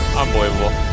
unbelievable